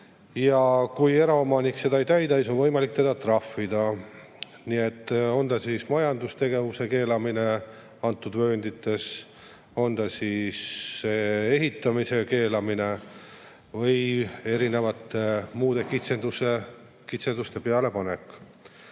Ja kui eraomanik neid ei täida, siis on võimalik teda trahvida. On see siis majandustegevuse keelamine antud vööndites, on see ehitamise keelamine või erinevate muude kitsenduste pealepanek.